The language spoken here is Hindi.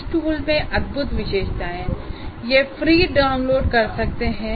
इस टूल में अद्भुत विशेषताएं हैं और यह फ्री डाउनलोड कर सकते है